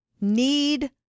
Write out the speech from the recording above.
need